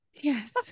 yes